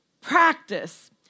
practice